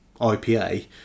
IPA